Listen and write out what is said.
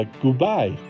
goodbye